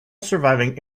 surviving